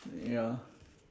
ya